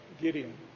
Gideon